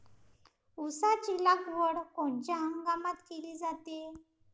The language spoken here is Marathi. ऊसाची लागवड कोनच्या हंगामात केली जाते?